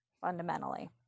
fundamentally